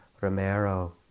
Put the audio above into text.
Romero